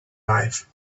life